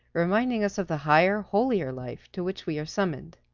reminding us of the higher, holier life to which we are summoned.